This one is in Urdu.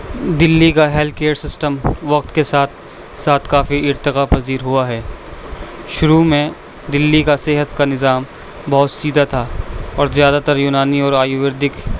دلی کا ہیلتھ کیئر سسٹم وقت کے ساتھ ساتھ کافی ارتقا پذیر ہوا ہے شروع میں دلی کا صحت کا نظام بہت سیدھا تھا اور زیادہ تر یونانی اور آیوویردک